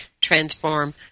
transform